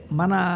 mana